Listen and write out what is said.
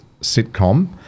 sitcom